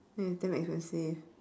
ya it's damn expensive